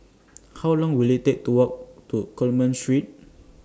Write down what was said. How Long Will IT Take to Walk to Coleman Street